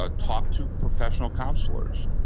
ah talk to professional counselors.